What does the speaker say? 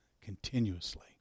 continuously